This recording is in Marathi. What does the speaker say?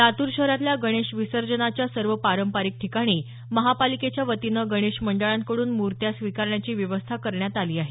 लातूर शहरातल्या गणेश विसर्जनाच्या सर्व पारंपारिक ठिकाणी महापालिकेच्यावतीनं गणेश मंडळांकडून मुर्त्या स्वीकारण्याची व्यवस्था करण्यात आलेली आहे